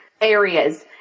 areas